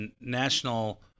national